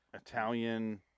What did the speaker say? Italian